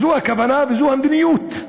זו הכוונה וזו המדיניות: